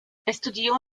estudió